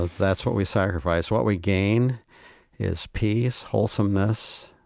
that's what we sacrifice. what we gain is peace, wholesomeness,